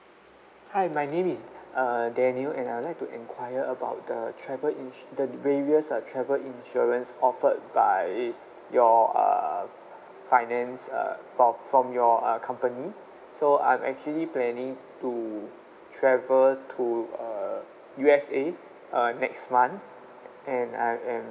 hi my name is uh daniel and I would like to enquire about the travel insu~ the various uh travel insurance offered by your uh finance uh from from your uh company so I'm actually planning to travel to uh U_S_A uh next month and I am